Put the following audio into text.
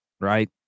Right